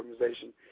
organization